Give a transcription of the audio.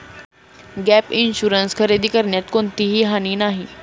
gap insurance खरेदी करण्यात कोणतीही हानी नाही